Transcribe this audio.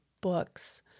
books